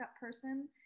person